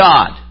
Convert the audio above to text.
God